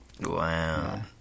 Wow